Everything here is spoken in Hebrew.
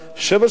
שבע שנים.